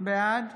בעד